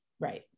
Right